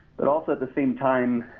but also at the same time,